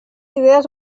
idees